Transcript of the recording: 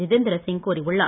ஜிதேந்திர சிங் கூறியுள்ளார்